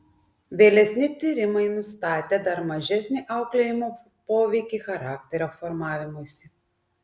vėlesni tyrimai nustatė dar mažesnį auklėjimo poveikį charakterio formavimuisi